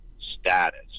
status